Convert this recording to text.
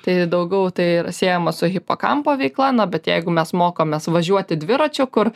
tai daugiau tai yra siejama su hipokampo veikla na bet jeigu mes mokomės važiuoti dviračiu kur